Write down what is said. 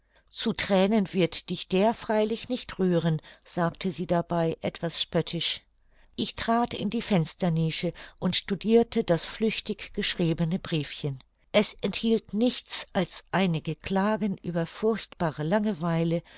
zu thränen wird dich der freilich nicht rühren sagte sie dabei etwas spöttisch ich trat in die fensternische und studirte das flüchtig geschriebene briefchen es enthielt nichts als einige klagen über furchtbare langeweile